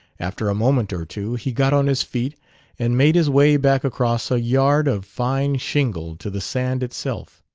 after a moment or two he got on his feet and made his way back across a yard of fine shingle to the sand itself.